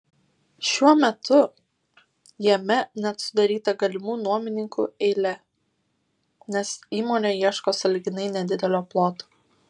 šiuo metu jame net sudaryta galimų nuomininkų eilė nes įmonė ieško sąlyginai nedidelio ploto